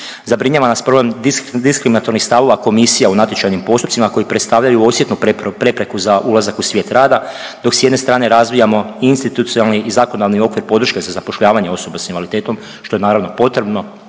Zabrinjava nas problem diskriminatornih stavova komisija u natječajnim postupcima koji predstavljaju osjetnu prepreku za ulazak u svijet rada, dok s jedne strane razvijamo institucionalni i zakonodavni okvir podrške za zapošljavanje osoba s invaliditetom, što je naravno potrebno,